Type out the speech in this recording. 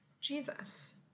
Jesus